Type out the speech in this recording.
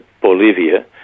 Bolivia